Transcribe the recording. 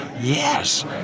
yes